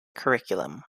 curriculum